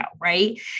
right